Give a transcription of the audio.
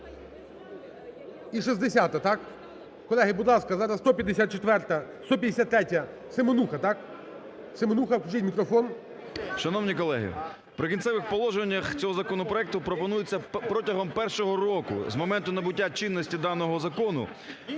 І 60-а, так? Колеги, будь ласка, зараз 154… 153-я, Семенуха, так? Семенуха включіть мікрофон. 11:35:01 СЕМЕНУХА Р.С. Шановні колеги! В "Прикінцевих положеннях" цього законопроекту пропонується протягом першого року з моменту набуття чинності даного закону